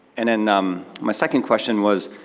and and um my second question was,